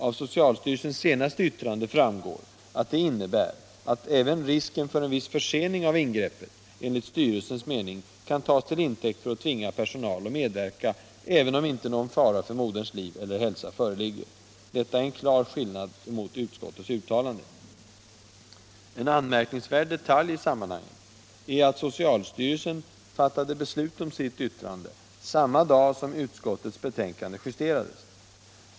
Av socialstyrelsens senaste yttrande framgår att det innebär att även risken för en viss försening av ingreppet enligt styrelsens mening kan tas till intäkt för att tvinga personal att medverka, även om inte någon fara för moderns liv eller hälsa föreligger. Detta är en klar skillnad mot utskottets uttalande. En anmärkningsvärd detalj i sammanhanget är att socialstyrelsen fattade beslut om sitt yttrande samma dag som utskottets betänkande justerades.